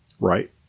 Right